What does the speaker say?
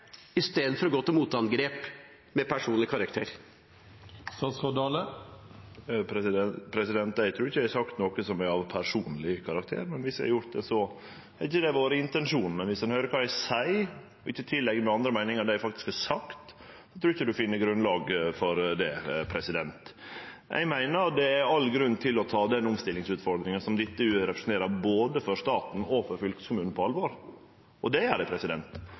å gå til motangrep av personlig karakter? Eg trur ikkje eg har sagt noko som er av personleg karakter, men dersom eg har gjort det, har det ikkje vore intensjonen. Dersom ein høyrer kva eg seier, og ikkje tillegg meg andre meiningar enn det eg faktisk har uttrykt, så trur eg ikkje ein finn grunnlag for det. Eg meiner at det er all grunn til å ta den omstillingsutfordringa som dette representerer både for staten og for fylkeskommunen, på alvor, og det gjer eg.